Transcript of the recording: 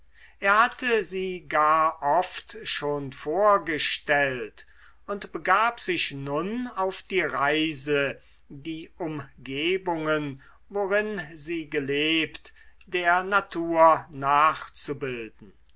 er hatte sie gar oft schon vorgestellt und begab sich nun auf die reise die umgebungen worin sie gelebt der natur nachzubilden